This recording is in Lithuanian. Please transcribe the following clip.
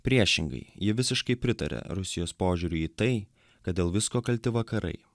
priešingai ji visiškai pritaria rusijos požiūriui į tai kad dėl visko kalti vakarai